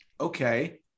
okay